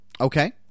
Okay